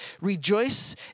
Rejoice